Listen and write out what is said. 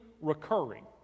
recurring